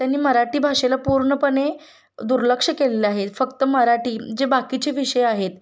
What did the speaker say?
त्यांनी मराठी भाषेला पूर्णपणे दुर्लक्ष केलेले आहे फक्त मराठी जे बाकीचे विषय आहेत